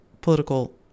political